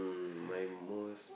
mm my most